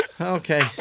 Okay